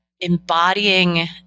embodying